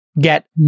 get